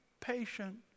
patient